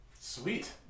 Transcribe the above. Sweet